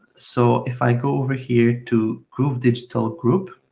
so if i go over here to groove digital group,